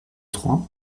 trois